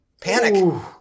Panic